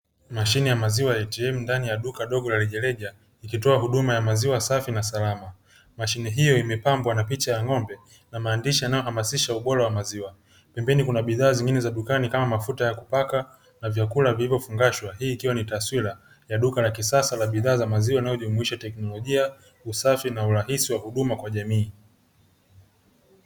Mashine ya maziwa ya atm ndani ya duka dogo la rejareja ikitoa huduma ya maziwa safi na salama, mashine hiyo imepambwa na picha ya ng'ombe na maandishi yanayohamasisha ubora wa maziwa. Pmbeni kuna bidhaa zingine za dukani kama mafuta ya kupaka na vyakula vilivyo fungashwa, hii ikiwa ni taswira ya duka la kisasa la bidhaa za maziwa yanayojumuisha teknolojia ,usafi na urahisi wa huduma kwa jamii.